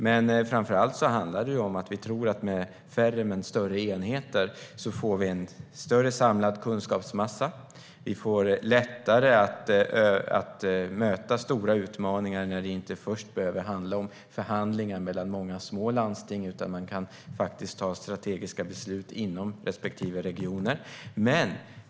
Men framför allt handlar det om att vi tror att vi med färre men större enheter får en större samlad kunskapsmassa och att det blir lättare att möta stora utmaningar när man inte först behöver förhandla mellan många små landsting utan kan fatta strategiska beslut inom respektive regioner.